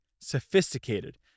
sophisticated